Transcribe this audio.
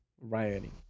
rioting